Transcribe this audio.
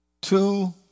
Two